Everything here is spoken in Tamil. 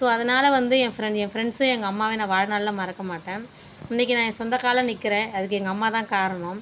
ஸோ அதனால வந்து என் ஃப்ரெண்ட்ஸ் என் ஃப்ரெண்ட்ஸு எங்கள் அம்மாவையும் நான் வாழ்நாளில் மறக்க மாட்டேன் இன்றைக்கு நான் என் சொந்த காலில் நிற்கிறேன் அதுக்கு எங்கள் அம்மா தான் காரணம்